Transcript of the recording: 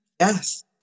Yes